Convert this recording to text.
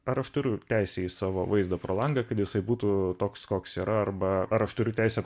ar aš turiu teisę į savo vaizdą pro langą kad jisai būtų toks koks yra arba ar aš turiu teisę